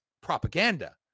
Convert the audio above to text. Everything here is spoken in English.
propaganda